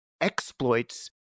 exploits